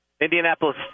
Indianapolis